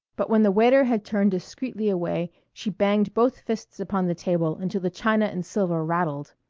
but when the waiter had turned discreetly away she banged both fists upon the table until the china and silver rattled.